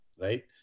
right